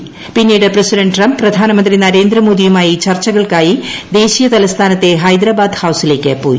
പ്രിസ്റ്റീട് president Trump പ്രധാനമന്ത്രി നരേന്ദ്ര മോദിയുമായി ് ചർച്ചകൾക്കായി ദേശീയ തലസ്ഥാനത്തെ ഹൈദരാബാദ് ക്ട്രൌസിലേക്ക് പോയി